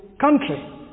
country